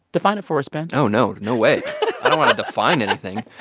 define it for us, ben oh, no. no way i don't want to define anything.